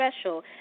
special